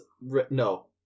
no